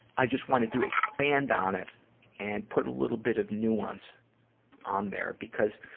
i just wanted to expand on it and put a little bit of nuance on there, because,